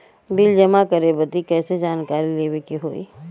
Bill जमा करे बदी कैसे जानकारी लेवे के होई?